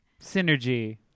Synergy